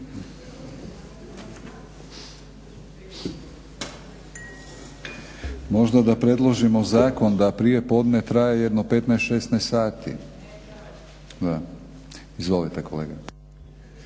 Možda da predložimo zakon da popodne traje jedno 15, 16 sati. Izvolite kolega.